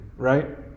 Right